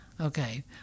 Okay